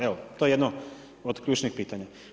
Evo, to je jedno od ključnih pitanja.